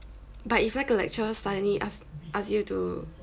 but if 那个 lecturer suddenly ask ask you to